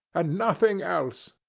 and nothing else!